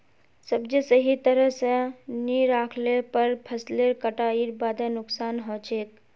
सब्जी सही तरह स नी राखले पर फसलेर कटाईर बादे नुकसान हछेक